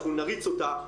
אנחנו נריץ אותה.